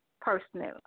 personally